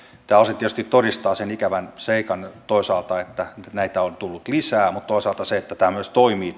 tämä osin tietysti todistaa toisaalta sen ikävän seikan että näitä on tullut lisää mutta toisaalta sen että tämä laki myös toimii